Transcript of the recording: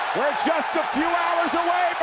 we're just a few hours away